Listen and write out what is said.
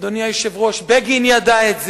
אדוני היושב-ראש, בגין ידע את זה,